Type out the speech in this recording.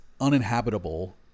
uninhabitable